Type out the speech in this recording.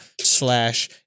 slash